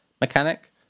mechanic